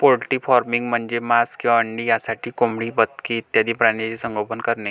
poultry farming म्हणजे मांस किंवा अंडी यासाठी कोंबडी, बदके इत्यादी प्राण्यांचे संगोपन करणे